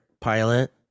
pilot